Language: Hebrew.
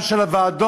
גם של הוועדות,